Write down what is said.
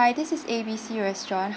hi this is A B C restaurant